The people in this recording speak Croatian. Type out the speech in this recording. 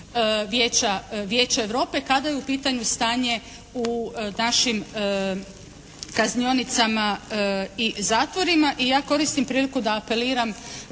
Vijeća Europe kada je u pitanju stanje u našim kaznionicama i zatvorima. I ja koristim priliku da apeliram